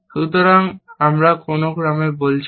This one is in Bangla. সুতরাং আমরা কোন ক্রমে বলছি না